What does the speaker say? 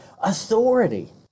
authority